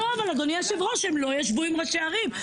לא אבל אדוני היושב ראש הם לא ישבו עם ראשי ערים,